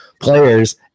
players